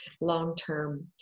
long-term